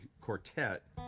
quartet